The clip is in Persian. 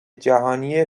جهانی